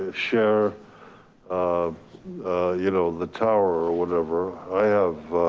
share um you know the tower or whatever i have.